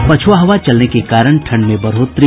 और पछुआ हवा चलने के कारण ठंड में बढ़ोतरी